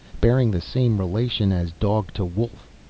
bearing the same relation as dog to wolf.